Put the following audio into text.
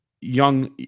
young